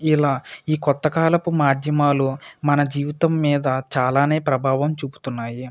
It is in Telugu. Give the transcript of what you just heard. ఇలా ఈ కొత్త కాలపు మాధ్యమాలు మన జీవితం మీద చాలా ప్రభావం చూపుతున్నాయి